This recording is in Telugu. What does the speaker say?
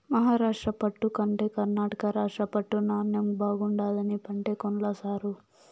మహారాష్ట్ర పట్టు కంటే కర్ణాటక రాష్ట్ర పట్టు నాణ్ణెం బాగుండాదని పంటే కొన్ల సారూ